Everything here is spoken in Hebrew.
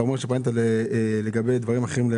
אתה ומר שפנית לערן יעקב גם לגבי דברים אחרים.